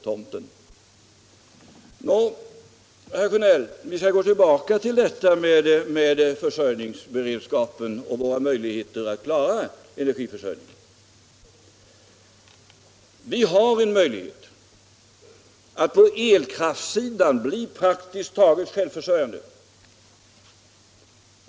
Nå, herr Sjönell, vi skall gå tillbaka till frågan om försörjningsberedskapen och våra möjligheter att klara energiförsörjningen. Vi har en möjlighet att på elkraftssidan bli praktiskt taget självförsörjande.